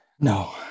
No